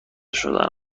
شدن